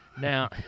Now